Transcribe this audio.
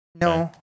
No